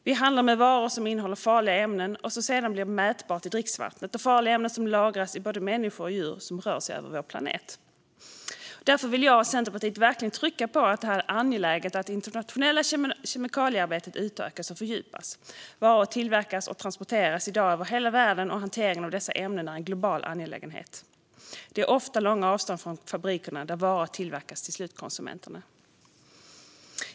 Vi handlar med varor som innehåller farliga ämnen som sedan blir mätbara i dricksvattnet, och farliga ämnen lagras i både människor och djur som rör sig över vår planet. Därför vill jag och Centerpartiet verkligen trycka på att det är angeläget att det internationella kemikaliearbetet utökas och fördjupas. Varor tillverkas och transporteras i dag över hela världen, och hanteringen av dessa ämnen är en global angelägenhet. Det är ofta långa avstånd mellan fabrikerna där varor tillverkas och slutkonsumenterna.